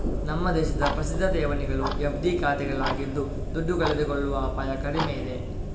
ನಮ್ಮ ದೇಶದ ಪ್ರಸಿದ್ಧ ಠೇವಣಿಗಳು ಎಫ್.ಡಿ ಖಾತೆಗಳಾಗಿದ್ದು ದುಡ್ಡು ಕಳೆದುಕೊಳ್ಳುವ ಅಪಾಯ ಕಡಿಮೆ ಇದೆ